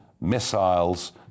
missiles